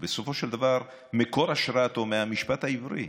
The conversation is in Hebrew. בסופו של דבר מקור השראתו מהמשפט העברי.